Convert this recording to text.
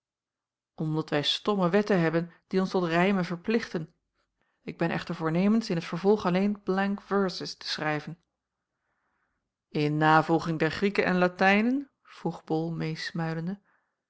omdat wij stomme wetten hebben die ons tot rijmen verplichten ik ben echter voornemens in t vervolg alleen blank verses te schrijven in navolging der grieken en latijnen vroeg bol meesmuilende